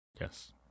Yes